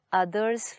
others